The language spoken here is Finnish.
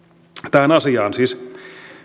tähän asiaan siis